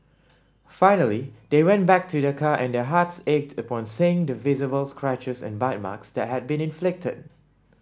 finally they went back to their car and their hearts ached upon seeing the visible scratches and bite marks that had been inflicted